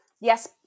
yes